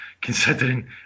considering